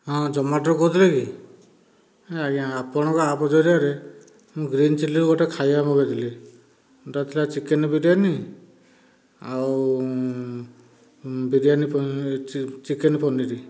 ହଁ ଜୋମାଟରୁ କହୁଥିଲେ କି ଆଜ୍ଞା ଆପଣଙ୍କ ଆପ ଜରିଆରେ ଗ୍ରୀନ୍ ଚିଲ୍ଲିରୁ ଗୋଟିଏ ଖାଇବା ମଗେଇଥିଲି ଅର୍ଡ଼ର ଥିଲା ଚିକେନ ବିରିୟାନୀ ଆଉ ବିରିୟାନୀ ଚିକେନ୍ ପନିର